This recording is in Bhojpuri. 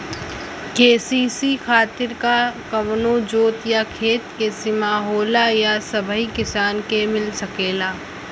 के.सी.सी खातिर का कवनो जोत या खेत क सिमा होला या सबही किसान के मिल सकेला?